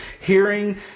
hearing